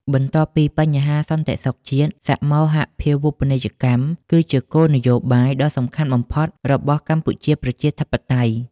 បន្ទាប់ពីបញ្ហាសន្តិសុខជាតិ សមូហភាវូបនីយកម្មគឺជាគោលនយោបាយដ៏សំខាន់បំផុតរបស់កម្ពុជាប្រជាធិបតេយ្យ ។